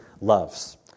loves